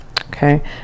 Okay